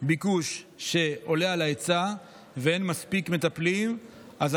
ביקוש שעולה על ההיצע ואין מספיק מטפלים אנחנו